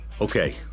okay